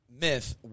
Myth